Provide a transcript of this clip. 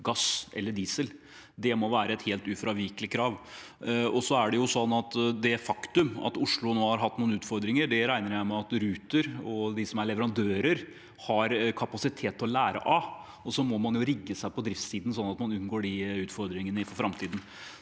gass eller diesel. Det må være et helt ufravikelig krav. Det faktum at Oslo nå har hatt noen utfordringer, regner jeg med at Ruter og de som er leverandører, har kapasitet til å lære av. Så må man rigge seg på driftssiden sånn at man unngår de utfordringene i framtiden.